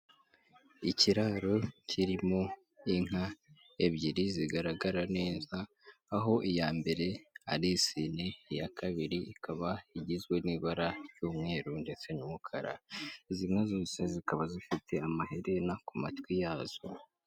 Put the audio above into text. Ikiraro kirimo inka ebyiri zigaragara neza, aho iya mbere ari isine, iya kabiri ikaba igizwe n'ibara ry'umweru ndetse n'umukara, izi nka zose zikaba zifite amaherena ku matwi yazo.